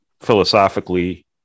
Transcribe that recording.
philosophically